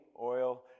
oil